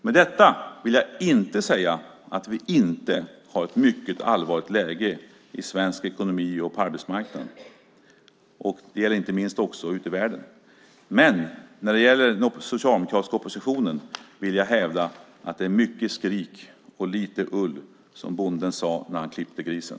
Med detta vill jag inte säga att vi inte har ett mycket allvarligt läge i ekonomin och på arbetsmarknaden. Det gäller inte minst också ute i världen. Men när det gäller den socialdemokratiska oppositionen vill jag hävda att det är mycket skrik och lite ull, som bonden sade när han klippte grisen.